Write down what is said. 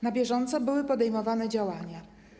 Na bieżąco były podejmowane działania.